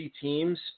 teams